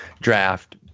draft